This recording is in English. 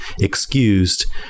excused